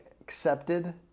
accepted